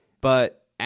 but-